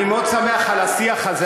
אני מאוד שמח על השיח הזה.